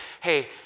hey